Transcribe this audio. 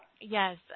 yes